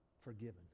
forgiven